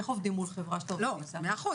איך עובדים מול חברה --- מאה אחוז.